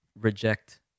reject